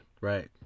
Right